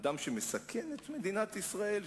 אדם שמסכן את מדינת ישראל,